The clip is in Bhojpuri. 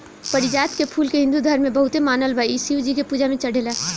पारिजात के फूल के हिंदू धर्म में बहुते मानल बा इ शिव जी के पूजा में चढ़ेला